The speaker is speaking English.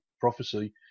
prophecy